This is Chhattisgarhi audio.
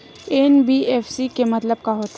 एन.बी.एफ.सी के मतलब का होथे?